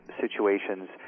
situations